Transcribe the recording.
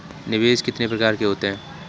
निवेश कितने प्रकार के होते हैं?